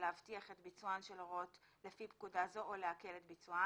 להבטיח את ביצוען של הוראות לפי פקודה זוז או להקל את ביצוען.